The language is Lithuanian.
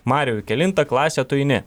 mariau į kelintą klasę tu eini